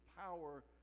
power